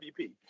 MVP